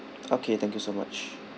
okay thank you so much